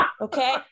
Okay